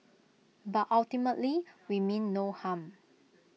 but ultimately we mean no harm